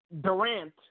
Durant